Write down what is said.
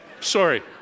Sorry